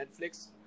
Netflix